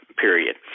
period